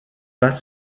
pas